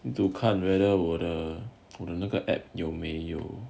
to 看 whether 我的那个 app 有没有